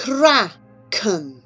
Kraken